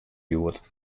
hjoed